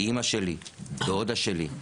אימא שלי, דודה שלי.